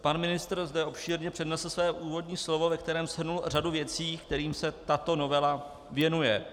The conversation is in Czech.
Pan ministr zde obšírně přednesl své úvodní slovo, ve kterém shrnul řadu věcí, kterým se tato novela věnuje.